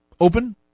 open